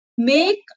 Make